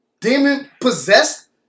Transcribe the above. demon-possessed